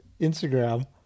instagram